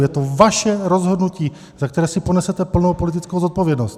Je to vaše rozhodnutí, za které si ponesete plnou politickou zodpovědnost.